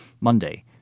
Monday